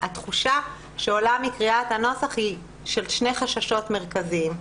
התחושה שעולה מקריאת הנוסח היא של שני חששות מרכזיים: